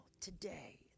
today